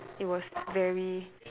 it was very